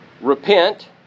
Repent